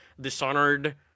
dishonored